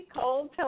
cold